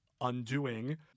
undoing